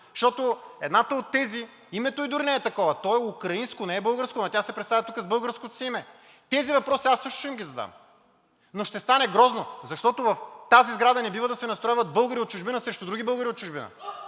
Защото едната от тези, името ѝ дори не е такова, то е украинско, не е българско, но тя се представя тук с българското си име. Тези въпроси аз също ще им ги задам, но ще стане грозно, защото в тази сграда не бива да се настройват българи от чужбина срещу други българи от чужбина.